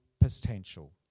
potential